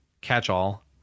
catch-all